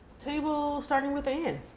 table starting with anne.